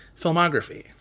filmography